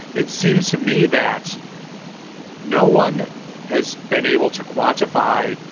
it seems to me that no one has been able to quantify,